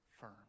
firm